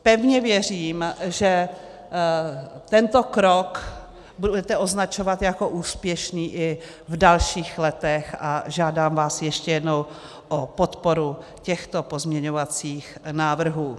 Pevně věřím, že tento krok budete označovat jako úspěšný i v dalších letech, a žádám vás ještě jednou o podporu těchto pozměňovacích návrhů.